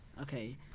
okay